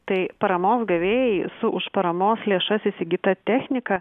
tai paramos gavėjai su už paramos lėšas įsigyta technika